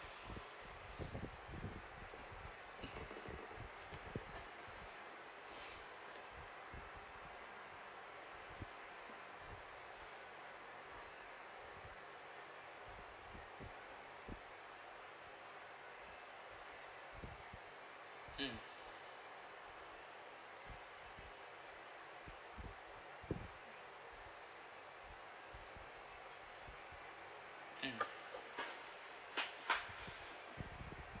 mm mm